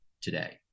today